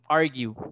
argue